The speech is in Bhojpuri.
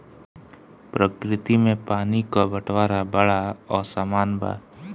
प्रकृति में पानी क बंटवारा बड़ा असमान बा